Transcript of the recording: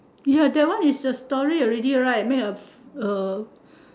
ya that one is a story already right made of uh